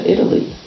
Italy